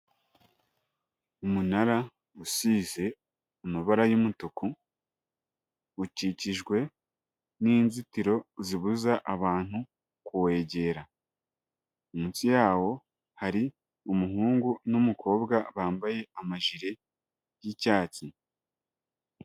Umunara usize amabara y'umutuku, ukikijwe n'inzitiro zibuza abantu kuwegera. Munsi yawo hari umuhungu n'umukobwa bambaye amajire y'icyatsi.